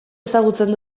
ezagutzen